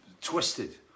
twisted